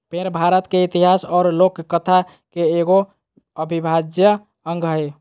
पेड़ भारत के इतिहास और लोक कथा के एगो अविभाज्य अंग हइ